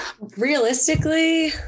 Realistically